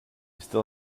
still